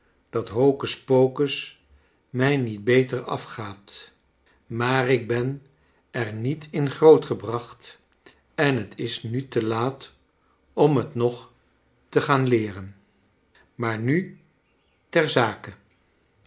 dat hocuspocus mij niet beter afgaat maar ik ben er niet in grootgebracht en het is nu te laat om het nog te gaan leeren maar nu